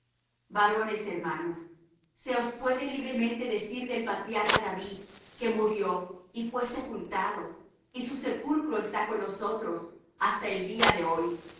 varones hermanos se os puede libremente decir del patriarca david que murió y fué sepultado y su sepulcro está con nosotros hasta del día de hoy